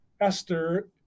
Esther